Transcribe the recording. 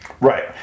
right